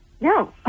No